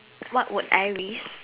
what would I risk